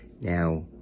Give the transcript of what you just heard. Now